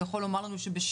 אתה יכול לומר לנו שבשיעור,